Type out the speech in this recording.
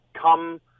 come